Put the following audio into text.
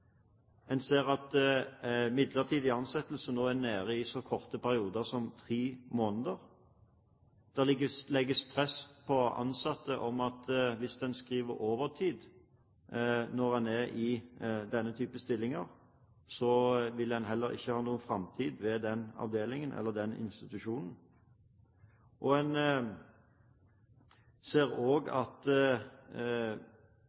En ser at midlertidig ansettelse nå er nede i så korte perioder som tre måneder. Det legges press på ansatte om at hvis en skriver overtid når en er i denne type stillinger, vil en heller ikke ha noen framtid ved den avdelingen eller den institusjonen. En ser også at mange av dem som er i utdanningsstillinger, og